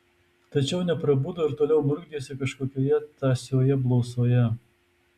tačiau neprabudo ir toliau murkdėsi kažkokioje tąsioje blausoje